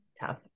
tough